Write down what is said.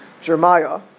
Jeremiah